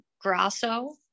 Grasso